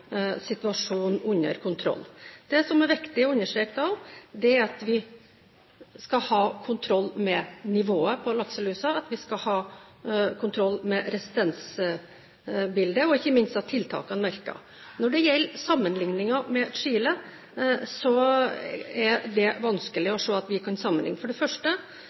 situasjonen under kontroll. Det som er viktig å understreke da, er at vi skal ha kontroll med nivået på lakselusa, at vi skal ha kontroll med resistensbildet, og ikke minst at tiltakene virker. Når det gjelder sammenligningen med Chile, er det vanskelig å se at vi kan sammenligne dette. For det første